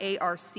ARC